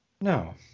No